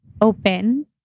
open